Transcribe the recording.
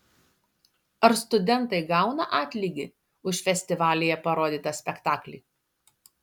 ar studentai gauna atlygį už festivalyje parodytą spektaklį